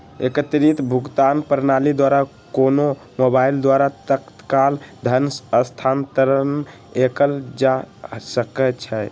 एकीकृत भुगतान प्रणाली द्वारा कोनो मोबाइल द्वारा तत्काल धन स्थानांतरण कएल जा सकैछइ